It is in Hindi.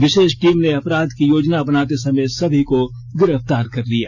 विशेष टीम ने अपराध की योजना बनाते समय सभी को गिरफ्तार कर लिया